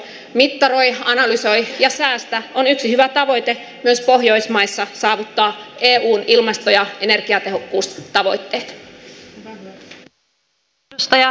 mittaroi analysoi ja säästä on yksi hyvä tavoite myös pohjoismaissa saavuttaa eun ilmasto ja energiatehokkuustavoitteet